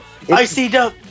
ICW